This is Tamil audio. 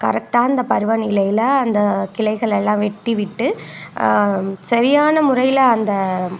கரெக்டாக அந்த பருவநிலையில் அந்த கிளைகளெல்லாம் வெட்டி விட்டு சரியான முறையில் அந்த